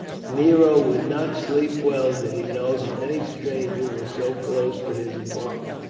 nero would not sleep well did he know that any stranger was so close to his apartment.